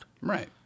Right